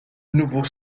nouveau